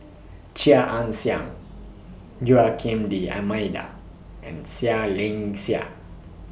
Chia Ann Siang Joaquim D'almeida and Seah Liang Seah